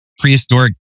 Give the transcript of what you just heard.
prehistoric